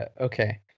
okay